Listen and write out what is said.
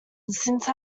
since